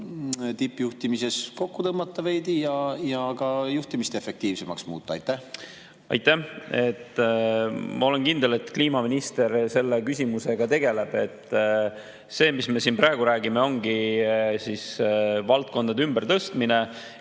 tippjuhtimises veidi kokku tõmmata ja ka juhtimist efektiivsemaks muuta? Aitäh! Ma olen kindel, et kliimaminister selle küsimusega tegeleb. See, mis me siin praegu räägime, ongi valdkondade ümbertõstmine.